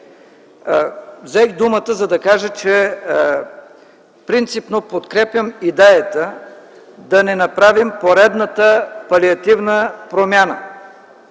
Взех думата, за да кажа, че принципно подкрепям идеята да не направим поредната палиативна промяна